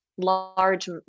Large